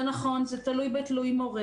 זה נכון, זה תלוי מורה,